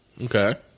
Okay